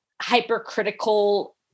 hypercritical